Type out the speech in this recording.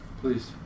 Please